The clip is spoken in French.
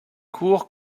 court